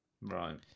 Right